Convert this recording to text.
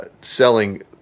selling